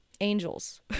Angels